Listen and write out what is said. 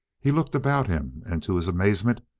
he looked about him and, to his amazement,